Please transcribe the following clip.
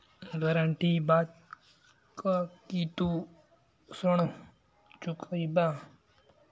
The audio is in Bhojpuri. गारंटी इ बात क कि तू ऋण चुकइबा